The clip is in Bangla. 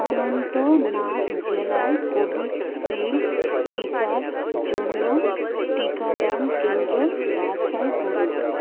অনন্তনাগ জেলায় কোভিশিল্ড টিকার জন্য টিকাদান কেন্দ্র বাছাই করুন